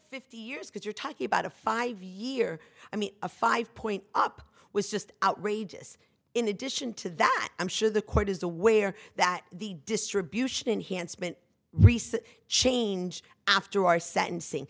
fifty years because you're talking about a five year i mean a five point up was just outrageous in addition to that i'm sure the court is aware that the distribution and handsome and recent change after our sentencing